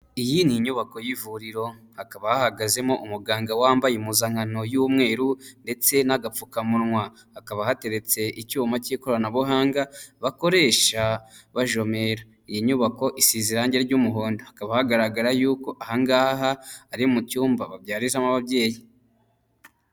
Iyi ni inyubako y'ivuriro hakaba ahahagazemo umuganga wambaye impuzankano y'umweru ndetse n'agapfukamunwa hakaba hateretse icyuma cy'ikoranabuhanga bakoresha bajomera iyi nyubako isize irangi ry'umuhondo hakaba hagaragara y'uko ahangaha ari mu cyumba babyarizamo ababyeyi.